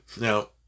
Now